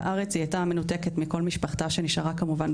בארץ היא הייתה מנותקת מכל משפחתה כמובן שנשארה